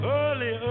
early